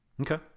Okay